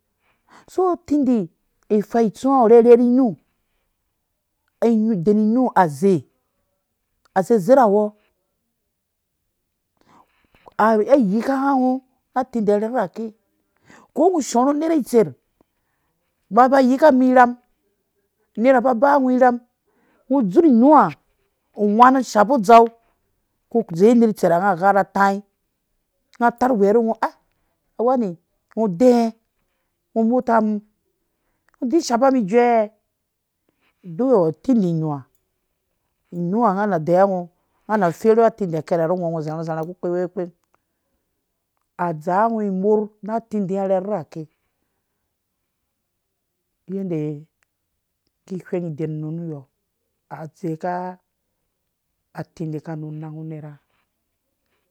Soo itsindi ifai tsuwa awu rherhe niinu iden inu azei aj azezerhawɔ ai yika nga ngo na tindii rherherake ko ngɔ shorhu nerha itser ba ba yika mi irham nerha ba baa ngɔ irham ngɔ dzur ina ha uwanu shapu udzua ku dzowe ner tser ha nga gha rha atau nga tarh uwe rhu ngɔ gha rha atai nga tarh uwe rhu ngo a wani ngɔ dɛɛ ng muta mum ngɔ dii shapa mi ijuɛ duk awu tindi inu ha inu ha nga na deiwa ngɔ nga na ferhuwng atindii akarhe ha ngo zarhu zarha ku kpekpekpeng adzaa ngɔ imorh na atsindi nga rhɛrhɛ rhake yenda ki wheng den inu niyɔ adzoweka a tsindii ka nu nang nnu nerha,